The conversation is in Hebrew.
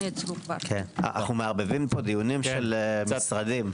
אנחנו מערבבים פה דיונים של משרדים.